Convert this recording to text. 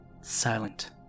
silent